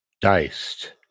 Diced